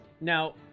now